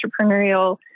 entrepreneurial